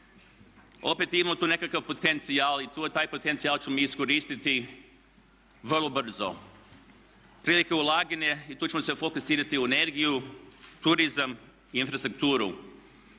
Opet imamo tu nekakav potencijal i taj potencijal ćemo iskoristiti vrlo brzo. Prilike u ulaganje i tu ćemo se fokusirati u energiju, turizam i infrastrukturu.